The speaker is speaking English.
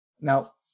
Now